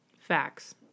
facts